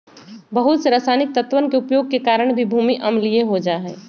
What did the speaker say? बहुत से रसायनिक तत्वन के उपयोग के कारण भी भूमि अम्लीय हो जाहई